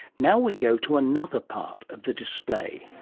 now we go to another part of the display.